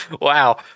Wow